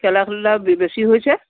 খেলা ধূলা বেছি হৈছে